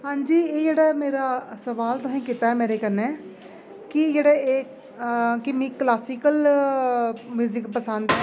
हांजी एह् ऐ जेह्ड़ा मेरा सोआल तुसें कीता ऐ मेरे कन्नै कि जेह्ड़े एह् कि मिकी क्लासिकल म्यूजिक पसंद ऐ